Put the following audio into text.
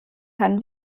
kann